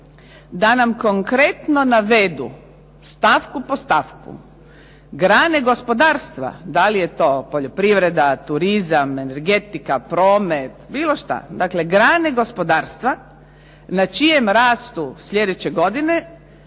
da nam konkretno navedu, stavku po stavku grane gospodarstva, da li je to poljoprivreda, turizam, energetika, promet, bilo šta. Dakle grane gospodarstva na čijem rastu slijedeće godine